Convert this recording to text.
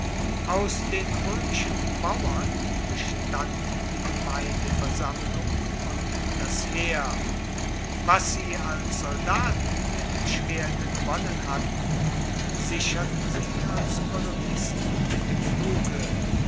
aus den roemischen bauern bestand die gemeindeversammlung und das heer was sie als soldaten mit dem schwerte gewonnen hatten sicherten sie als kolonisten mit dem pfluge